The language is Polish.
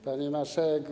Pani Marszałek!